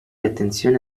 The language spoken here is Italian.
attenzione